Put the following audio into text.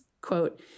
Quote